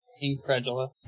Incredulous